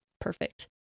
perfect